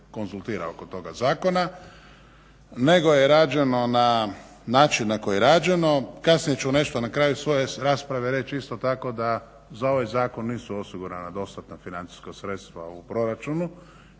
konzultira oko toga zakona nego je rađeno na način na koji je rađeno. Kasnije ću nešto na kraju svoje rasprave reći isto tako da za ovaj zakon nisu osigurana dostatna financijska sredstva u proračunu